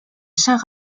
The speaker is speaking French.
saint